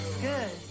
Good